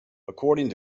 according